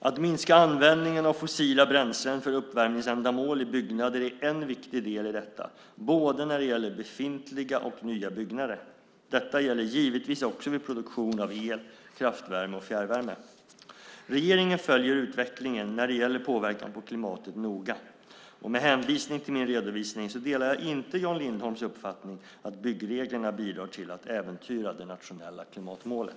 Att minska användning av fossila bränslen för uppvärmningsändamål i byggnader är en viktig del i detta när det gäller både befintliga och nya byggnader. Detta gäller givetvis också vid produktion av el, kraftvärme och fjärrvärme. Regeringen följer utvecklingen när det gäller påverkan på klimatet noga. Med hänvisning till min redovisning delar jag inte Jan Lindholms uppfattning att byggreglerna bidrar till att äventyra det nationella klimatmålet.